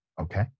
okay